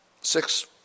six